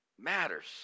matters